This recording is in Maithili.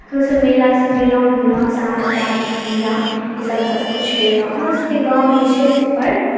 हमसभ मेलासभ गेलहुँ घुमलहुँ साँझ बाती दिया ईसभ सभकिछु केलहुँ हमरासभके गाँवमे जे छै से पर्व